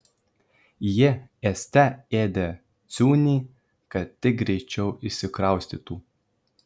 ji ėste ėdė ciunį kad tik greičiau išsikraustytų